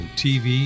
tv